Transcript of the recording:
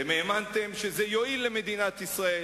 אתם האמנתם שזה יועיל למדינת ישראל,